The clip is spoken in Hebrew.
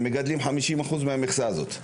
הם מגדלים 50% מהמכסה הזו.